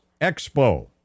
Expo